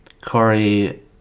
Corey